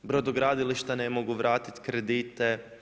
Brodogradilišta ne mogu vratiti kredite.